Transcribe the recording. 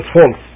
false